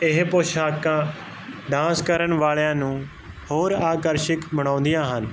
ਇਹ ਪੁਸ਼ਾਕਾਂ ਡਾਂਸ ਕਰਨ ਵਾਲਿਆਂ ਨੂੰ ਹੋਰ ਆਕਰਸ਼ਕ ਬਣਾਉਂਦੀਆਂ ਹਨ